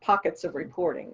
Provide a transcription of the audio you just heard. pockets of reporting.